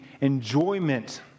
enjoyment